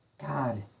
God